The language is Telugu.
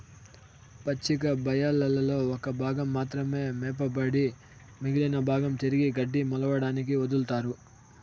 పచ్చిక బయళ్లలో ఒక భాగం మాత్రమే మేపబడి మిగిలిన భాగం తిరిగి గడ్డి మొలవడానికి వదులుతారు